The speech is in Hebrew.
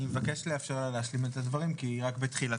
אני מבקש לאפשר לה להשלים את הדברים כי היא רק בתחילתם.